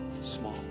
small